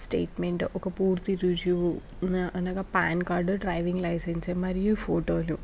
statement ఒక పూర్తి రుజువు అనగా పాన్ కార్డ్ డ్రైవింగ్ లైసెన్స్ మరియు ఫోటోలు